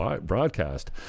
broadcast